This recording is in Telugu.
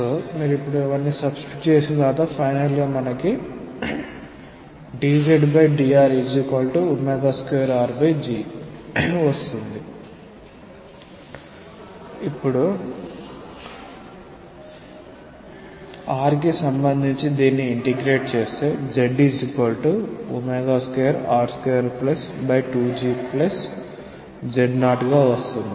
∂p∂rdr ∂p∂zdz0 2r dr gdz 0 dzdr2rg మీరు ఇప్పుడు r కి సంబంధించి దీన్ని ఇంటిగ్రేట్ చేస్తే z2r22gz0 గా వస్తుంది